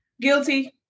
Guilty